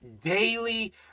daily